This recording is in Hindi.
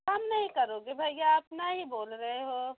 कम नहीं करोगे भैया अपना ही बोल रहे हो